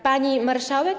Pani Marszałek!